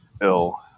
ill